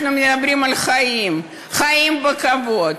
אנחנו מדברים על חיים, חיים בכבוד.